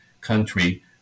country